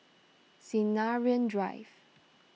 Sinaran Drive